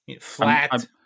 flat